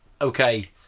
okay